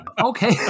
Okay